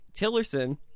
Tillerson